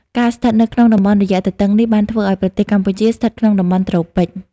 ការស្ថិតនៅក្នុងតំបន់រយៈទទឹងនេះបានធ្វើឲ្យប្រទេសកម្ពុជាស្ថិតក្នុងតំបន់ត្រូពិច។